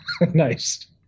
Nice